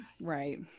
Right